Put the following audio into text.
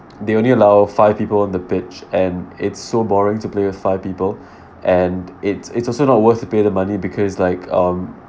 they only allow five people on the pitch and it's so boring to play with five people and it's it's also not worth to pay the money because like um